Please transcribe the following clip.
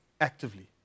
actively